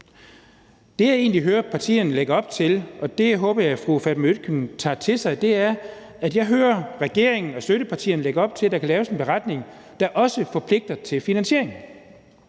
Det, jeg egentlig hører – og det håber jeg at fru Fatma Øktem tager til sig – er, at regeringen og støttepartierne lægger op til, at der kan laves en beretning, der også forpligter til finansiering.